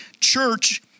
church